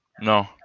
No